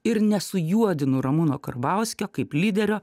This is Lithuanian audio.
ir nesujuodinu ramūno karbauskio kaip lyderio